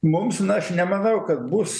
mums na aš nemanau kad bus